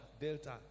Delta